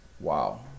Wow